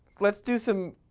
let's do some